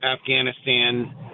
Afghanistan